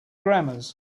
grammars